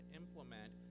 implement